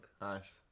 nice